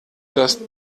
das